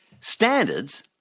Standards